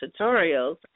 tutorials